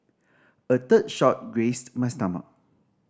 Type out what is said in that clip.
a third shot grazed my stomach